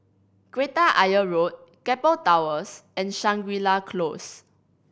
Kreta Ayer Road Keppel Towers and Shangri La Close